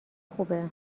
خوبه